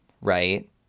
right